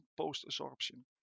post-absorption